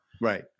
Right